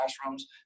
classrooms